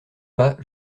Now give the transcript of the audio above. pas